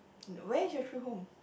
where is your true home